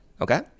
okay